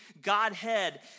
Godhead